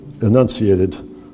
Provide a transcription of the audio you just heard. enunciated